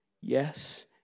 Yes